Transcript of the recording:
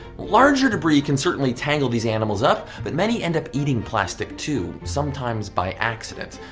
larger debris can certainly tangle these animals up, but many end up eating plastic too sometimes by accident.